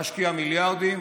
להשקיע מיליארדים?